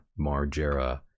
Margera